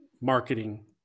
marketing